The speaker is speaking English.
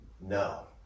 no